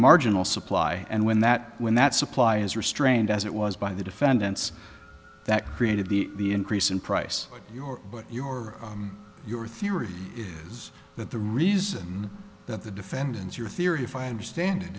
marginal supply and when that when that supply is restrained as it was by the defendants that created the the increase in price your but your your theory is that the reason that the defendants your theory if i understand it